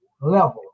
level